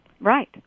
Right